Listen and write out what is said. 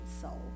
soul